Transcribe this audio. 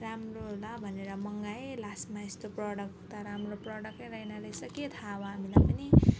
राम्रो होला भनेर मगाएँ लास्टमा यस्तो प्रडक्ट त राम्रो प्रडक्टै रहेन रहेछ के थाहा अब हामीलाई पनि